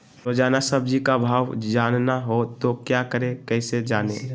रोजाना सब्जी का भाव जानना हो तो क्या करें कैसे जाने?